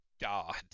God